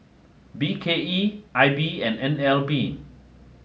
B K E I B and N L B